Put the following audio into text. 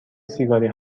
سیگاری